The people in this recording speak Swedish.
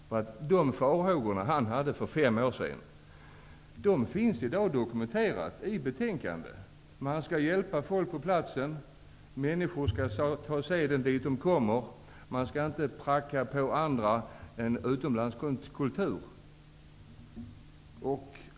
Sådana farhågor som han hade för fem år sedan återfinns nu i betänkandet. Det handlar om att man skall hjälpa folk på platsen. Människor skall ta seden dit de kommer. Man skall inte pracka på andra en utländsk kultur.